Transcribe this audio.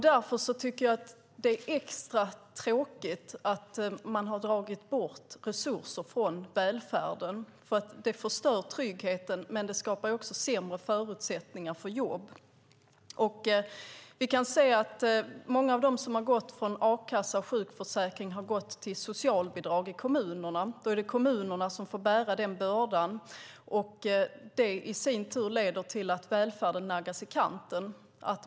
Därför är det extra tråkigt att man har dragit bort resurser från välfärden. Det förstör tryggheten, och det skapar också sämre förutsättningar för jobb. Vi kan se att många av dem som har gått från a-kassa och sjukförsäkring har gått till socialbidrag i kommunerna. Då är det kommunerna som får bära den bördan. Det leder i sin tur till att välfärden naggas i kanten.